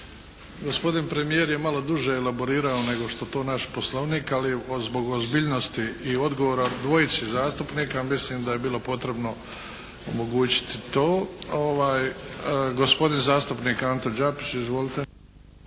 Gospodin premijer je malo duže elaborirao nego što to naš Poslovnik, ali zbog ozbiljnosti i odgovora dvojici zastupnika ja mislim da je bilo potrebno omogućiti to. Gospodin zastupnik Anto Đapić. Izvolite.